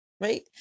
right